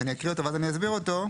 אני אקריא אותו ואז אני אסביר אותו.